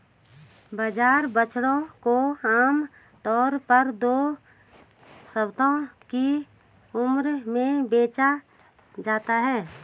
बाजार बछड़ों को आम तौर पर दो सप्ताह की उम्र में बेचा जाता है